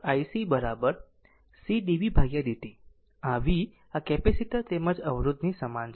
આ v આ capacitor તેમજ અવરોધની સમાન છે